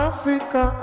Africa